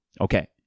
Okay